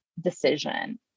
decision